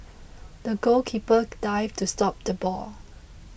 the goalkeeper dived to stop the ball